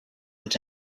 that